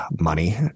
Money